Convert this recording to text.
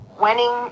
winning